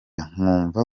nkumva